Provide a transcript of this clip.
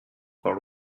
encore